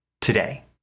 today